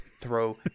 Throw